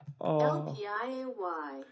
L-P-I-A-Y